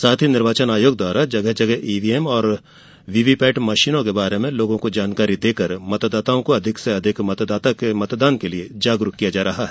साथ ही निर्वाचन आयोग जगह जगह ईवीएम मशीनों और वीवीपेट मशीनों के बारे में लोगों को जानकारी देकर मतदाताओं को अधिक से अधिक मतदान के लिये जागरूक किया जा रहा है